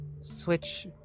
switch